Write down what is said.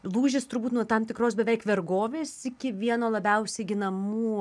lūžis turbūt nuo tam tikros beveik vergovės iki vieno labiausiai ginamų